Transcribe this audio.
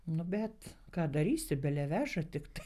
nu bet ką darysi bele veža tiktai